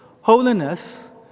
holiness